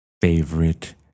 favorite